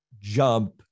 jump